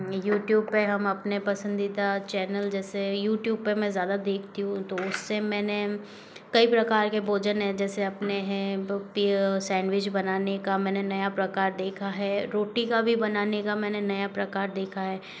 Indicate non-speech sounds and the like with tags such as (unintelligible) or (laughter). YouTube पर हम अपने पसंदीदा चैनल जैसे यूट्यूब पर मैं ज़्यादा देखती हूँ तो उससे मैंने कई प्रकार के भोजन है जैसे अपने है (unintelligible) सैंडविच बनाने का मैंने नया प्रकार देखा है रोटी का भी बनाने का मैंने नया प्रकार देखा है